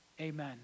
amen